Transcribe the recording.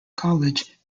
college